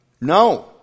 No